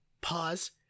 pause